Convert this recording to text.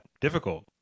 difficult